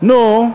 נו?